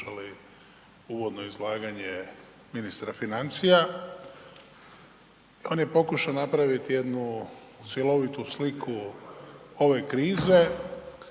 uvodno izlaganje ministra financija. On je pokušao napraviti jednu cjelovitu sliku ove krize